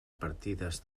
partides